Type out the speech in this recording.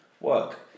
work